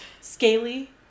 Scaly